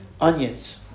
onions